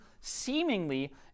seemingly